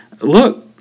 look